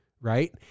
Right